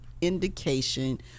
indication